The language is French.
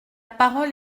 parole